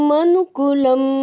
Manukulam